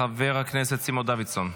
חבר הכנסת סימון דוידסון.